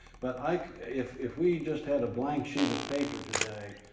but like if if we just had a blank sheet of paper today,